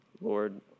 Lord